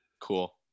Cool